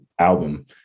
album